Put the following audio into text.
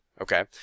okay